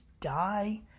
die